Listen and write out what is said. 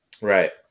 Right